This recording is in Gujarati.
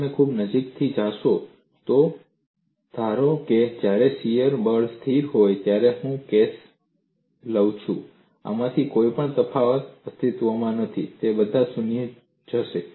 જો તમે ખૂબ નજીકથી જોશો તો ધારો કે જ્યારે શરીર બળ સ્થિર હોય ત્યારે હું કેસ લઉં છું આમાંના કોઈપણ તફાવત અસ્તિત્વમાં નથી તે બધા શૂન્યમાં જશે